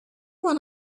when